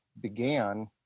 began